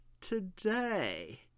today